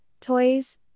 toys